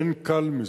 אין קל מזה.